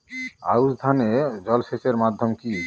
আউশ ধান এ জলসেচের মাধ্যম কি?